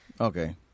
Okay